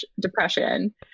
depression